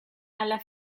alla